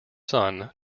son